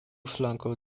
flanko